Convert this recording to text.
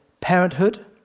parenthood